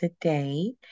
today